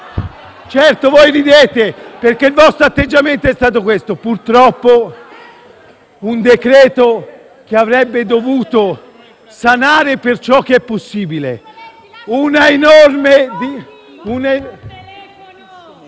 Certo, voi ridete perché il vostro atteggiamento è stato questo. Purtroppo, un decreto che avrebbe dovuto sanare, per ciò che è possibile,